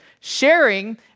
Sharing